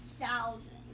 thousand